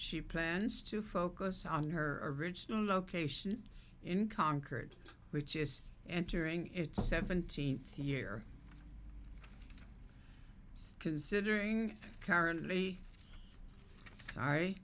she plans to focus on her original location in concord which is entering its seventeenth year considering currently sorry